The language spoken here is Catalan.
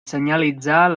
senyalitzar